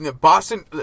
Boston